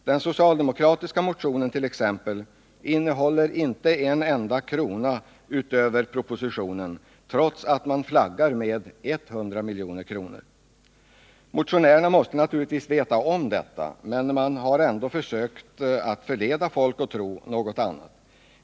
Den socialdemokratiska motionen t.ex. innehåller inte en enda krona utöver vad som föreslås i propositionen trots att den flaggar med 100 milj.kr. Motionärerna måste naturligtvis veta om detta, men de har ändå försökt förleda folk att tro något annat.